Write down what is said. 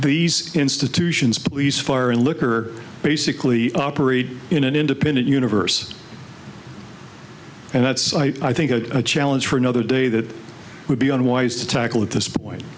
these institutions police fire and liquor basically operate in an independent universe and that's why i think a challenge for another day that would be unwise to tackle at this point